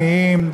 העניים,